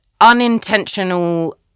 unintentional